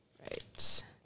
right